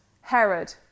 Herod